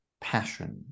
passion